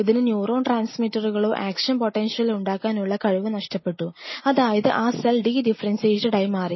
ഇതിന് ന്യൂറോൺ ട്രാൻസ്മിറ്ററുകളോ ആക്ഷൻ പൊട്ടൻഷിയലോ ഉണ്ടാക്കാനുള്ള കഴിവ് നഷ്ടപ്പെട്ടു അതായതു ആ സെൽ ഡി ഡിഫറെൻഷിയേറ്റഡ് ആയി മാറി